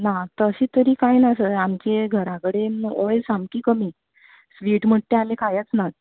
ना तशें तरी कांय ना सगलें आमचे घरा कडेन ऑयल सामकी कमी स्वीट म्हणटा तें आमी खायत नात